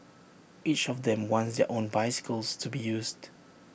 each of them wants their own bicycles to be used